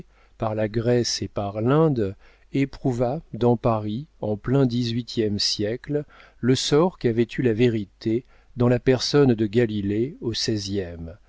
par la grèce et par l'inde éprouva dans paris en plein dix-huitième siècle le sort qu'avait eu la vérité dans la personne de galilée au